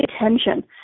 attention